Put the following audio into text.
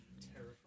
terrifying